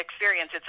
experience